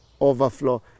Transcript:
overflow